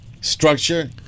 Structure